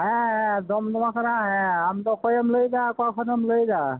ᱦᱮᱸ ᱫᱚᱢᱫᱚᱢᱟ ᱠᱟᱱᱟ ᱟᱢᱫᱚ ᱚᱠᱚᱭ ᱮᱢ ᱞᱟᱹᱭ ᱮᱫᱟ ᱚᱠᱟ ᱠᱷᱚᱱᱮᱢ ᱞᱟᱹᱭ ᱮᱫᱟ